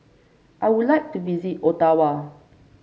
I would like to visit Ottawa